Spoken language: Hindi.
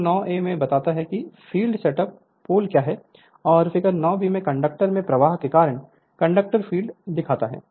चित्र 9 a बताता है कि फील्ड सेट अप पोल क्या है और फिगर 9 b कंडक्टर में प्रवाह के कारण कंडक्टर फील्ड दिखाता है